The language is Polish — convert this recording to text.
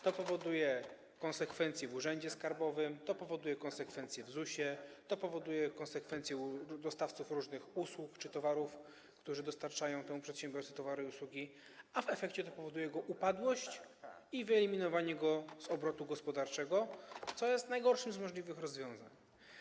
To powoduje konsekwencje w urzędzie skarbowym, to powoduje konsekwencje w ZUS-ie, to powoduje konsekwencje u dostawców różnych usług czy towarów, którzy dostarczają temu przedsiębiorcy towary i usługi, a w efekcie to powoduje jego upadłość i wyeliminowanie go z obrotu gospodarczego, co jest najgorszym z możliwych rozwiązań.